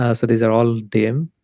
ah so these are all dim.